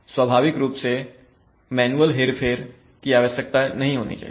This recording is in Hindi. इसलिए स्वाभाविक रूप से मैनुअल हेरफेर की आवश्यकता नहीं होनी चाहिए